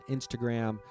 Instagram